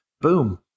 boom